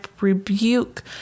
rebuke